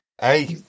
Hey